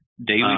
Daily